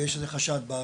ויש איזה חשד באוויר,